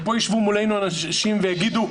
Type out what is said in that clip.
ופה יישבו מולנו אנשים ויגידו,